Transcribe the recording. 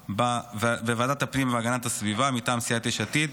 קבועה בוועדת הפנים והגנת הסביבה מטעם סיעת יש עתיד.